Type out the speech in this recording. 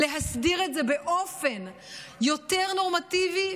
הוא להסדיר את זה באופן יותר נורמטיבי,